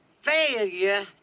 failure